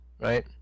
right